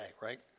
right